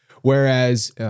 Whereas